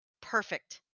Perfect